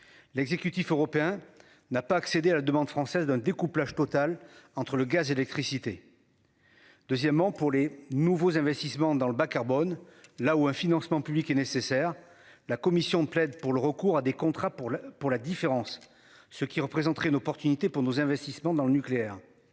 L'exécutif européen n'a pas accédé à la demande française d'un découplage total entre le gaz et l'électricité. Deuxièmement, pour les nouveaux investissements dans le bas carbone là où un financement public est nécessaire. La commission plaide pour le recours à des contrats pour la pour la différence. Ce qui représenterait une opportunité pour nos investissements dans le nucléaire.